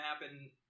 happen